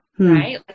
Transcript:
Right